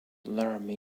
laramie